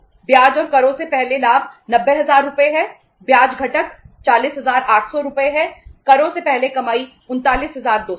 ब्याज और करों से पहले लाभ 90000 रुपये है ब्याज घटक 40800 रुपये है करों से पहले कमाई 49200 है